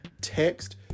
Text